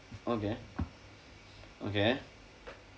okay okay